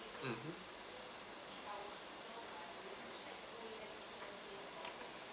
mm